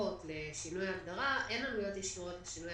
ישירות לשינוי הגדרה אין עלויות ישירות לשינוי